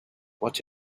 what